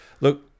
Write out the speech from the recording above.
Look